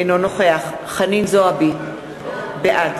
אינו נוכח חנין זועבי, בעד